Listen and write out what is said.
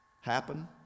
happen